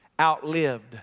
outlived